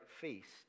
feast